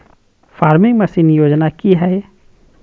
Farming machine योजना कि हैय?